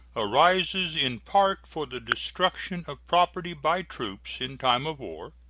arises in part for the destruction of property by troops in time of war,